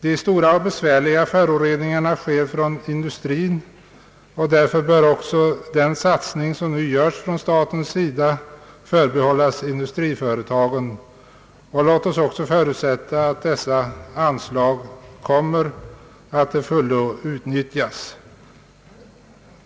De stora och besvärliga föroreningarna kommer från industrin, och därför bör också den satsning som nu görs från statens sida förbehållas industriföretagen. Låt oss även förutsätta att dessa anslag kommer att till fullo utnyttjas.